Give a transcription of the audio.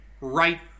right